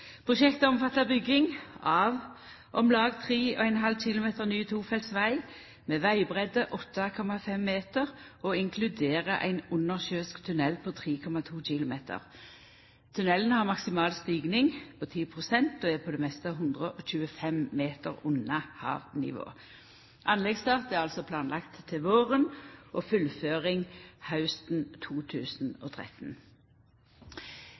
Prosjektet omfattar bygging av om lag 3,5 km ny tofelts veg, med vegbreidd 8,5 meter og inkluderer ein undersjøisk tunnel på 3,2 km. Tunnelen har maksimal stigning på 10 pst. og er på det meste 125 meter under havnivå. Anleggsstart er altså planlagd til våren og fullføring til hausten